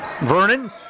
Vernon